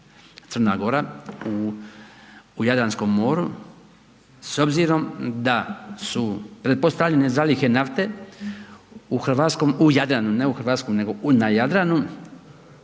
Crna Gora u Jadranskom moru s obzirom da su pretpostavljene zalihe nafte u hrvatskom, u Jadranu, ne u hrvatskom nego na Jadranu